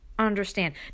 understand